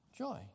joy